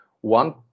one